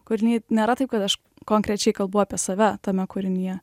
kūriny nėra taip kad aš konkrečiai kalbu apie save tame kūrinyje